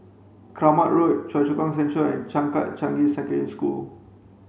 Kramat Road Choa Chu Kang Central and Changkat Changi Secondary School